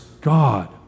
God